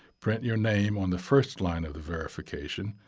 print your name on the first line of the verification,